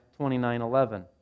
29.11